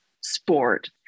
sport